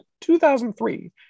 2003